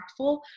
impactful